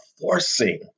forcing